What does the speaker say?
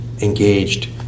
engaged